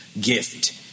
gift